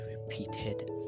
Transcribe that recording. repeated